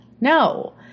No